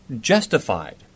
justified